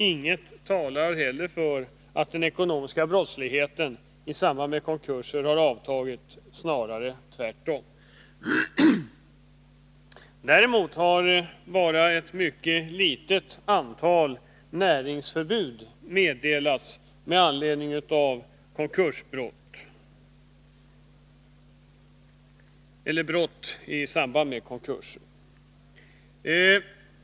Inget talar heller för att den ekonomiska brottsligheten i samband med konkurser har avtagit, snarare tvärtom. Ett mycket litet antal näringsförbud med anledning av brott i samband med konkurser har dessutom meddelats.